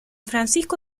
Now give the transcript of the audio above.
francisco